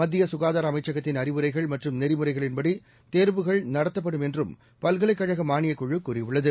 மத்திய சுகாதார அமைச்சகத்தின் அறிவுரைகள் மற்றும் நெறிமுறைகளின்படி தேர்வுகள் நடத்தப்படும் என்றும் பல்கலைக் கழக மானியக் குழு கூறியுள்ளது